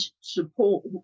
support